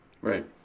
Right